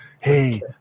Hey